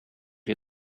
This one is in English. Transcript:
you